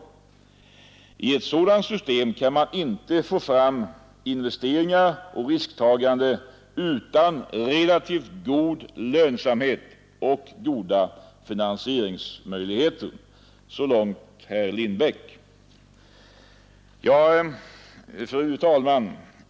I ett sådant system kan man inte få fram investeringar och risktagande utan relativt god lönsamhet och goda finansieringsmöjligheter.” Fru talman!